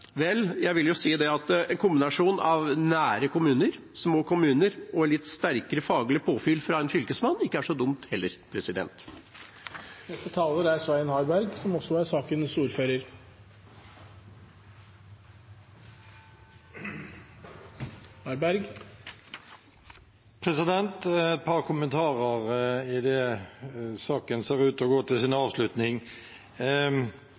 Vel, jeg vil jo si det at en kombinasjon av nære kommuner, små kommuner og litt sterkere faglig påfyll fra en fylkesmann heller ikke er så dumt. Et par kommentarer idet saken ser ut til å gå til sin avslutning. Jeg hører det gjentatt at faglige råd blir oversett. Det